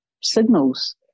signals